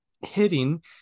hitting